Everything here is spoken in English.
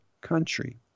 country